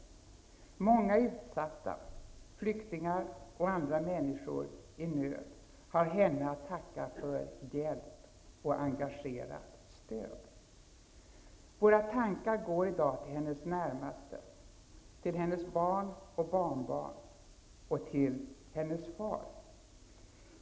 Många utsatta, flyktingar och andra människor i nöd, har henne att tacka för hjälp och engagerat stöd. Våra tankar går i dag till hennes närmaste, till hennes barn och barnbarn och till hennes far.